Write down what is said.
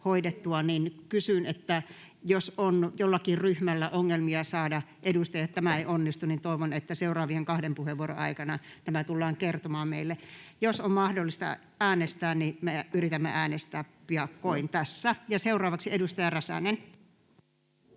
Kyllä!] Jos on jollakin ryhmällä ongelmia saada edustajat paikalle, niin että tämä ei onnistu, niin toivon, että seuraavien kahden puheenvuoron aikana tämä tullaan kertomaan meille. Jos on mahdollista äänestää, niin me yritämme äänestää piakkoin tässä. — Ja seuraavaksi edustaja Räsänen.